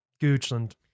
Goochland